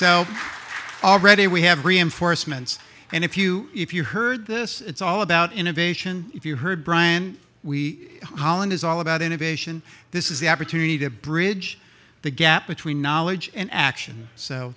so already we have reinforcements and if you if you heard this it's all about innovation if you heard brian we holland is all about innovation this is the opportunity to bridge the gap between knowledge and action so